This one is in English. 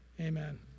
Amen